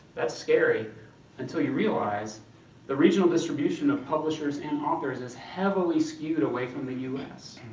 that's scary until you realize the regional distribution of publishers and authors is heavily skewed away from the us.